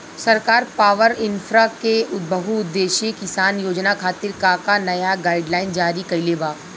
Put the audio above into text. सरकार पॉवरइन्फ्रा के बहुउद्देश्यीय किसान योजना खातिर का का नया गाइडलाइन जारी कइले बा?